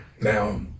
now